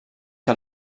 que